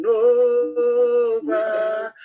over